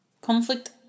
Conflict